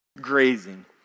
grazing